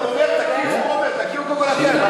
אבל הוא אומר תכירו קודם כול אתם.